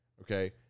okay